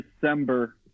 December